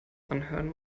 anhören